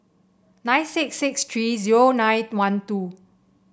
nine six six three zero nine one two